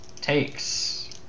takes